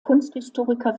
kunsthistoriker